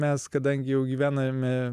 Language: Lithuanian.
mes kadangi jau gyvename